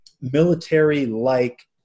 military-like